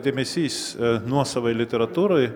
dėmesys nuosavai literatūrai